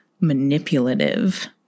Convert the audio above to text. manipulative